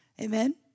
Amen